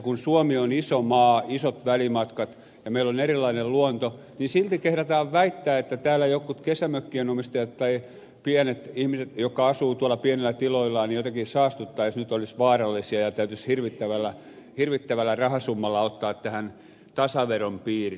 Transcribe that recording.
vaikka suomi on iso maa isot välimatkat ja erilainen luonto niin silti kehdataan väittää että täällä jotkut kesämökkien omistajat tai pienet ihmiset jotka asuvat pienillä tiloillaan jotenkin saastuttaisivat olisivat vaarallisia ja täytyisi hirvittävällä rahasummalla ottaa tämän tasaveron piiriin